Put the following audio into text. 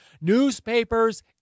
newspapers